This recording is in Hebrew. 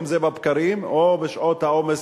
אם זה בבקרים או בשעות העומס,